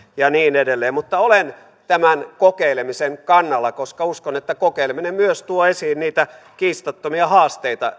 ja niin edelleen mutta olen tämän kokeilemisen kannalta koska uskon että kokeileminen myös tuo esiin niitä kiistattomia haasteita